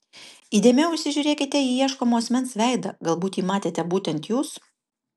įdėmiau įsižiūrėkite į ieškomo asmens veidą galbūt jį matėte būtent jūs